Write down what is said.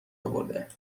اورده